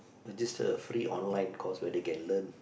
register a free online course where they can learn